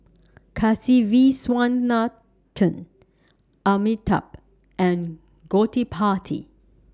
Kasiviswanathan Amitabh and Gottipati